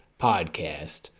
podcast